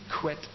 quit